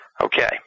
Okay